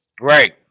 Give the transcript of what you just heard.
right